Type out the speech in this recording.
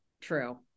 true